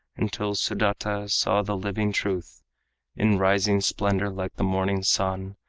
until sudata saw the living truth in rising splendor, like the morning sun,